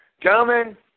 gentlemen